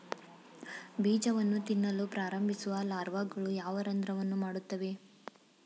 ಬೀಜವನ್ನು ತಿನ್ನಲು ಪ್ರಾರಂಭಿಸುವ ಲಾರ್ವಾಗಳು ಯಾವ ರಂಧ್ರವನ್ನು ಮಾಡುತ್ತವೆ?